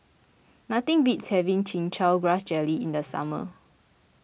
nothing beats having Chin Chow Grass Jelly in the summer